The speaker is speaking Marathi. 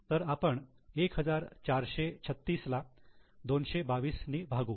तर आपण 1436 ला 222 नी भागू